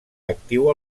actiu